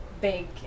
big